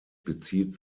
bezieht